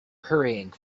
hurrying